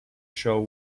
show